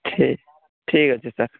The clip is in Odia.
ଠିକ୍ ଠିକ୍ ଅଛି ସାର୍